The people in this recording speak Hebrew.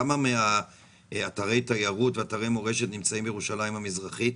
כמה מאתרי התיירות ואתרי מורשת נמצאים בירושלים המזרחית?